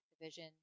division